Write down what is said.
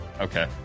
Okay